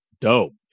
Dope